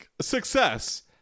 Success